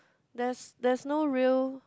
there's there's no real